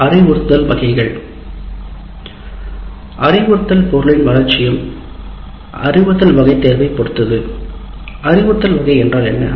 அறிவுறுத்தல் வகைகள் அறிவுறுத்தல் பொருளின் வளர்ச்சியும் அறிவுறுத்தல் வகை தேர்வைப் பொறுத்தது அறிவுறுத்தல் வகை என்றால் என்ன